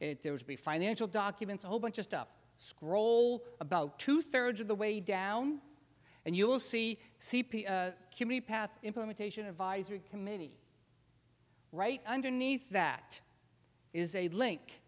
there would be financial documents a whole bunch of stuff scroll about two thirds of the way down and you will see kimmie path implementation advisory committee right underneath that is a link